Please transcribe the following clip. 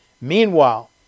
Meanwhile